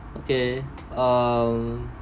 okay um